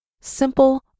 simple